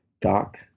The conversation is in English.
Doc